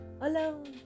alone